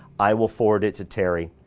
i will forward it to terry.